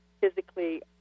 physically